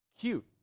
cute